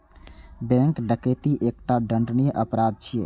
bank डकैती एकटा दंडनीय अपराध छियै